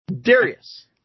Darius